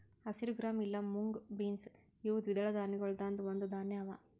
ಹಸಿರು ಗ್ರಾಂ ಇಲಾ mung beans ಇವು ದ್ವಿದಳ ಧಾನ್ಯಗೊಳ್ದಾಂದ್ ಒಂದು ಧಾನ್ಯ ಅವಾ